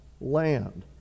land